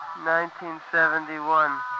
1971